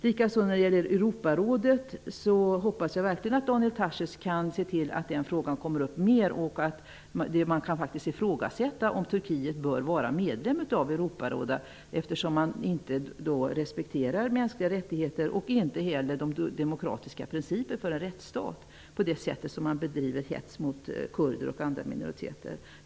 Jag hoppas verkligen att Daniel Tarschys kan se till att frågan kommer upp mer i Europarådet. Man kan faktiskt ifrågasätta om Turkiet bör vara medlem av Europarådet eftersom de mänskliga rättigheterna och de demokratiska principer som gäller för en rättsstat inte respekteras. Turkiet bedriver hets mot kurder och andra minoriteter.